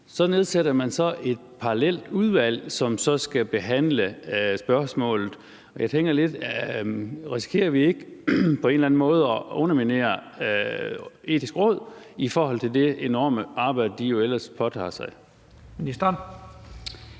Man nedsætter så et parallelt udvalg, som skal behandle spørgsmålet. Jeg tænker lidt: Risikerer vi ikke på en eller anden måde at underminere De Etiske Råd og det enorme arbejde, de jo ellers påtager sig?